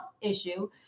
issue